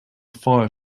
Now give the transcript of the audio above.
fire